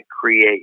create